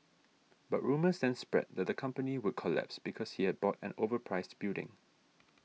but rumours then spread that the company would collapse because he had bought an overpriced building